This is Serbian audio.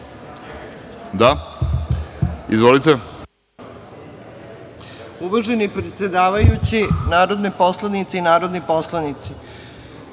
Hvala, želim. Uvaženi predsedavajući, narodne poslanice i narodni poslanici,